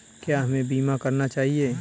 क्या हमें बीमा करना चाहिए?